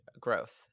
growth